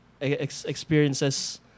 experiences